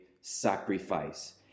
sacrifice